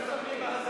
ועדה לסמים והזיות.